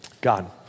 God